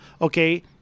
okay